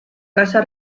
casa